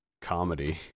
comedy